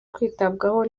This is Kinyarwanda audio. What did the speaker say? kwitabwaho